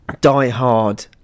die-hard